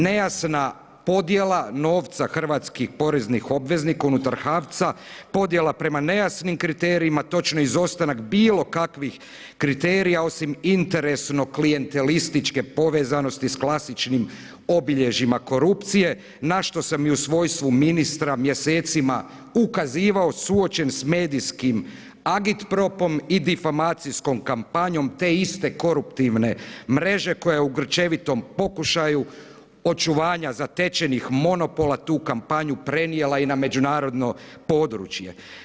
Nejasna podjela novca hrvatskih poreznih obveznika unutar HAVC-a, podjela prema nejasnim kriterijima, točnije izostanak bilo kakvih kriterija osim interesno klijentelističke povezanosti s klasičnim obilježjima korupcije na što sam i u svojstvu ministra ukazivao suočen sa medijskim agitpropom i difamacijskom kampanjom te iste koruptivne mreže koja je u grčevitom pokušaju očuvanja zatečenih monopola tu kampanju prenijela i na međunarodno područje.